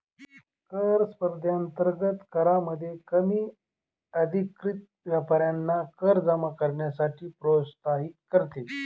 कर स्पर्धेअंतर्गत करामध्ये कमी अधिकृत व्यापाऱ्यांना कर जमा करण्यासाठी प्रोत्साहित करते